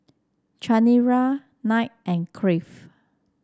Chanira Knight and Crave